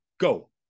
Go